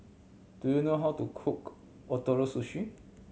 do you know how to cook Ootoro Sushi